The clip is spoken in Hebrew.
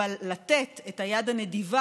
אבל לתת את היד הנדיבה,